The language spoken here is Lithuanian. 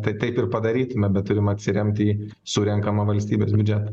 tai taip ir padarytume bet turim atsiremt į surenkamą valstybės biudžetą